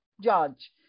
judge